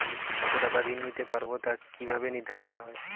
কতো টাকা ঋণ নিতে পারবো তা কি ভাবে নির্ধারণ হয়?